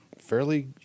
fairly